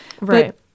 Right